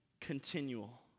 continual